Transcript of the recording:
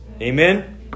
Amen